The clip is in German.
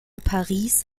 paris